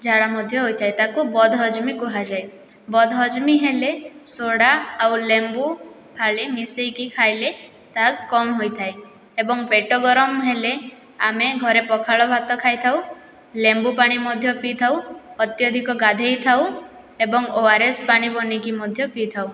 ଝାଡ଼ା ମଧ୍ୟ ହୋଇଥାଏ ତାକୁ ବଦହଜମି କୁହାଯାଏ ବଦହଜମି ହେଲେ ସୋଡ଼ା ଆଉ ଲେମ୍ବୁ ଫାଳେ ମିଶେଇକି ଖାଇଲେ ତାହା କମ୍ ହୋଇଥାଏ ଏବଂ ପେଟ ଗରମ ହେଲେ ଆମେ ଘରେ ପଖାଳ ଭାତ ଖାଇଥାଉ ଲେମ୍ବୁପାଣି ମଧ୍ୟ ପିଇଥାଉ ଅତ୍ୟଧିକ ଗାଧେଇଥାଉ ଏବଂ ଓ ଆର ଏସ୍ ପାଣି ବନେଇକି ମଧ୍ୟ ପିଇଥାଉ